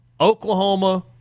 Oklahoma